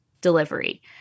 Delivery